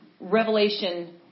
Revelation